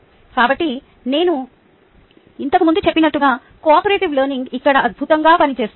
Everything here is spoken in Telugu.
కాబట్టి నేను ఇంతకు ముందు చెప్పినట్లుగా ఇక్కడ అద్భుతంగా పనిచేస్తుంది